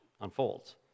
unfolds